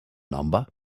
number